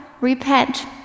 repent